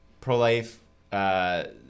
Pro-life